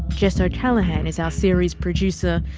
jess o'callaghan is our series producer,